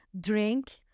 drink